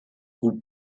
who